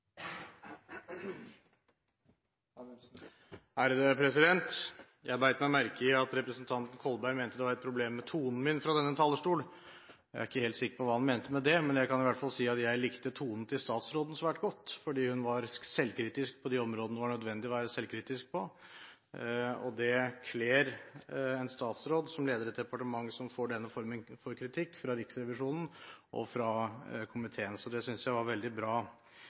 Jeg bet meg merke i at representanten Kolberg mente at det var et problem med tonen min fra denne talerstol – jeg er ikke helt sikker på hva han mente med det. Men jeg kan i hvert fall si at jeg likte tonen til statsråden svært godt. Hun var selvkritisk på de områdene der det var nødvendig å være selvkritisk, og det kler en statsråd som leder et departement som får denne formen for kritikk fra Riksrevisjonen og fra komiteen. Så det synes jeg er veldig bra.